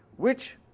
which